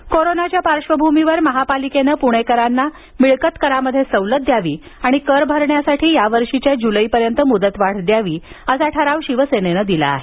मिळकत कर मागणी कोरोनाच्या पार्श्वभूमीवर महापालिकेने पुणेकरांना मिळकत करात सवलत द्यावी आणि कर भरण्यासाठी यावर्षीच्या जुलैपर्यंत मुदतवाढ द्यावी असा ठराव शिवसेनेने दिला आहे